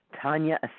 Tanya